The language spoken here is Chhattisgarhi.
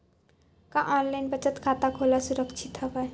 का ऑनलाइन बचत खाता खोला सुरक्षित हवय?